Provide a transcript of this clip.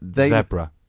Zebra